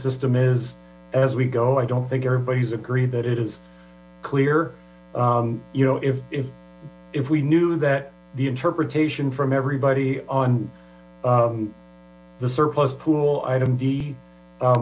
system is as we go i don't think everybody's agreed that it is clear you know if if if we knew that the interpretation from everybody on the surplus pool item d